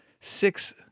six